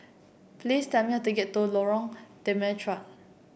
please tell me how to get to Lorong Temechut